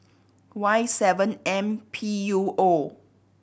Y seven M P U O